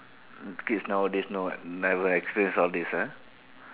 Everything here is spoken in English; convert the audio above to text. kids nowadays no what never experience all this ah